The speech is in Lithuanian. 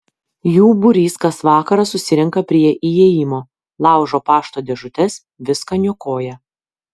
jų būrys kas vakarą susirenka prie įėjimo laužo pašto dėžutes viską niokoja